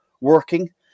working